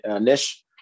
Nish